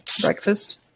breakfast